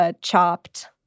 chopped